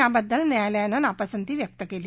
याबद्दल न्यायालयानं नापसंती व्यक्त केली